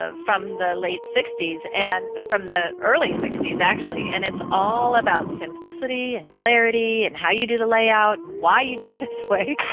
ah from the late sixty s and from the early sixty s actually. and it's all about simplicity, and clarity, and how you do the layout, and why you do it this way,